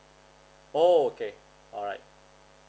okay alright